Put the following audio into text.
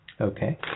Okay